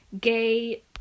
gay